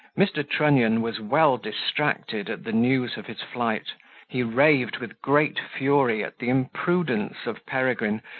mr. trunnion was well distracted at the news of his flight he raved with great fury at the imprudence of peregrine,